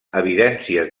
evidències